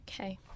Okay